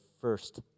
first